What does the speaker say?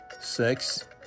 sex